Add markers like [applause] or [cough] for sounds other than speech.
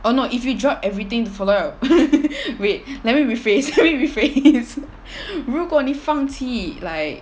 oh no if you drop everything to follow you~ [laughs] wait let me rephrase [laughs] let me rephrase 如果你放弃 like